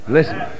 Listen